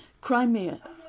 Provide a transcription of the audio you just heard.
Crimea